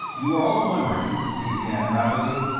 you are all wondering, he began, rapidly,